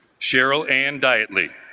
cheryl ann diutley